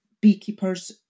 beekeepers